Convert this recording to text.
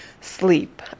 sleep